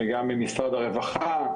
וגם עם משרד הרווחה,